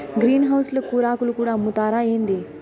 green house ల కూరాకులు కూడా అమ్ముతారా ఏంది